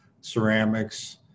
ceramics